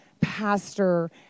pastor